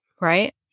right